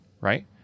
right